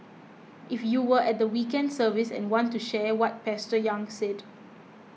if you were at the weekend service and want to share what Pastor Yang said